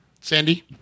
Sandy